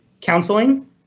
counseling